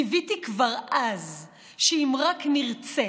קיוויתי כבר אז שאם רק נרצה